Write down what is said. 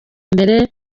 mbere